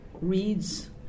reads